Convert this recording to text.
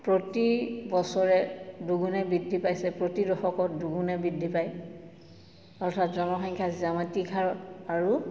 প্ৰতি বছৰে দুগুণে বৃদ্ধি পাইছে প্ৰতি দশকত দুগুণে বৃদ্ধি পায় অৰ্থাৎ জনসংখ্যা জ্যামিতিক হাৰত আৰু